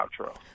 outro